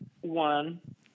One